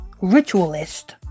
ritualist